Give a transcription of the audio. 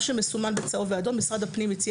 מה שמסומן בצהוב ואדום זה מה שמשרד הפנים הציע